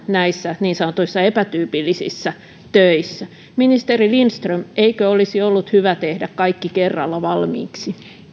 näissä niin sanotuissa epätyypillisissä töissä ministeri lindström eikö olisi ollut hyvä tehdä kaikki kerralla valmiiksi